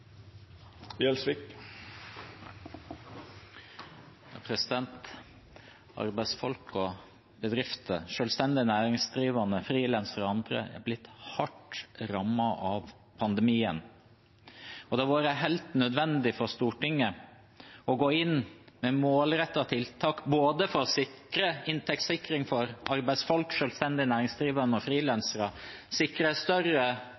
Arbeidsfolk og bedrifter, selvstendig næringsdrivende, frilansere og andre er blitt hardt rammet av pandemien, og det har vært helt nødvendig for Stortinget å gå inn med målrettede tiltak for å sikre både inntektssikring for arbeidsfolk, selvstendig næringsdrivende og frilansere og større